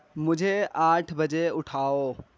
مجھے آٹھ بجے اٹھاؤ